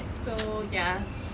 so ya